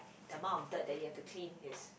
the amount of dirt that you have to clean is